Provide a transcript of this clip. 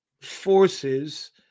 forces